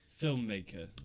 filmmaker